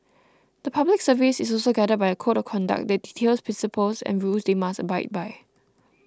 the Public Service is also guided by a code of conduct that details principles and rules they must abide by